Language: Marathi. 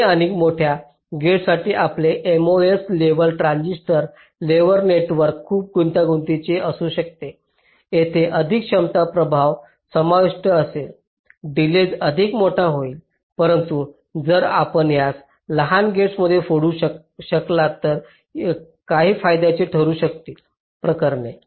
कमी आणि मोठ्या गेट्ससाठी आपले MOS level transistor level network खूप गुंतागुंतीचे असू शकते तेथे अधिक क्षमता प्रभाव समाविष्ट असेल डिलेज अधिक मोठा होईल परंतु जर आपण त्यास लहान गेट्समध्ये फोडू शकलात तर काही फायद्याचे ठरू शकतील प्रकरणे